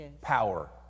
power